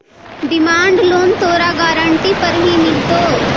demand loan तोरा guarantee पर ही मिलतो